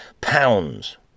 pounds